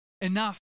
Enough